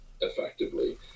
effectively